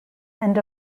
end